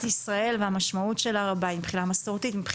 ישראל והמשמעות של הר הבית מבחינה מסורתית,